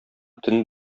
төн